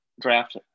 draft